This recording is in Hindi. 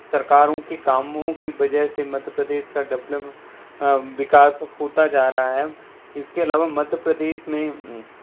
सरकारों के कामों की वजह से मध्य प्रदेश का डवलप विकास होता जा रहा है इसके अलावा मध्य प्रदेश में